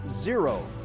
zero